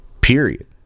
Period